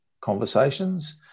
conversations